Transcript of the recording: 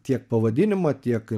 tiek pavadinimą tiek